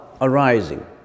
arising